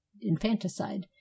infanticide